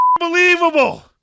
unbelievable